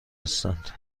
هستند